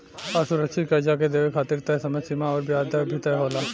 असुरक्षित कर्जा के देवे खातिर तय समय सीमा अउर ब्याज दर भी तय होला